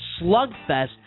slugfest